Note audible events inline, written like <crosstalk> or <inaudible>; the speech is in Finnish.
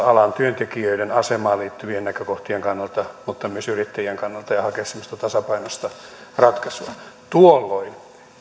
<unintelligible> alan työntekijöiden asemaan liittyvien näkökohtien kannalta mutta myös yrittäjien kannalta ja hakea semmoista tasapainoista ratkaisua tuolloin